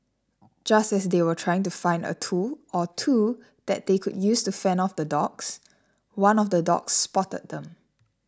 just as they were trying to find a tool or two that they could use to fend off the dogs one of the dogs spotted them